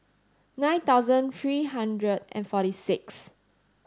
nine thousand three hundred and forty six